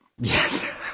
Yes